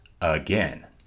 again